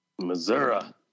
Missouri